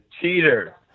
cheater